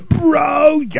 bro